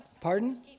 Pardon